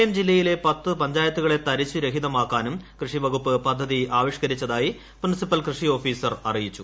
കോട്ടയം ജില്ലയിലെ പത്ത് പഞ്ചായത്തുകളെ തരിശുരഹിതമാക്കാനും കൃഷി വകുപ്പ് പദ്ധതി ആവിഷ്കരിച്ചതായി പ്രിൻസിപ്പൽ കൃഷി ഓഫീസർ അറിയിച്ചു